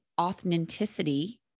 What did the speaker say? authenticity